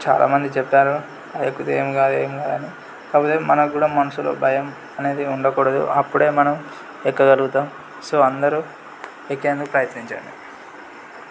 చాలా మంది చెప్పారు అది ఎక్కితే ఏమి కాదు ఏమి కాదు అని కాకపోతే మనకు కూడా మనుసులో భయం అనేది ఉండకూడదు అప్పుడే మనం ఎక్కగలుగుతాం సో అందరూ ఎక్కేందుకు ప్రయత్నించండి